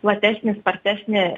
platesnį spartesnį